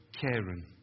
Karen